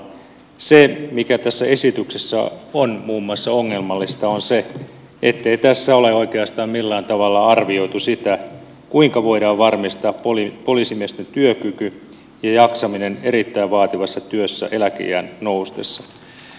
se mikä tässä esityksessä muun muassa on ongelmallista on se ettei tässä ole oikeastaan millään tavalla arvioitu sitä kuinka voidaan varmistaa poliisimiesten työkyky ja jaksaminen erittäin vaativassa työssä eläkeiän noustessa